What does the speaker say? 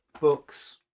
books